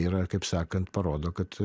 yra kaip sakant parodo kad